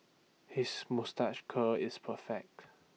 his moustache curl is perfect